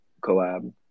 collab